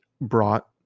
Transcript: brought